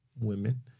women